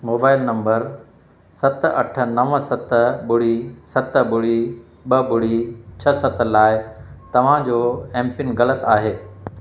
mobile number सत अठ नव सत ॿुड़ी सत ॿुड़ी ॿ ॿुड़ी छह सत लाइ तव्हां जो एम पिन ग़लति आहे